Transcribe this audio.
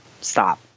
stop